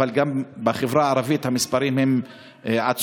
אבל גם בחברה הערבית המספרים הם עצומים,